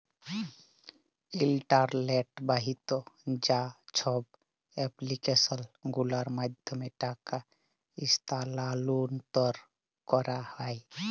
ইলটারলেট বাহিত যা ছব এপ্লিক্যাসল গুলার মাধ্যমে টাকা ইস্থালাল্তর ক্যারা হ্যয়